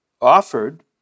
offered